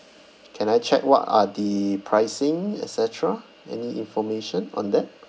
can I check what are the pricing et cetera any information on that